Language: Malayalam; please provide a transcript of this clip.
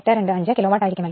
825 കിലോ വാട്ട് ആയിരികുമലോ